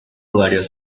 varios